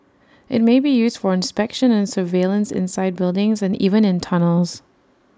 IT may be used for inspection and surveillance inside buildings and even in tunnels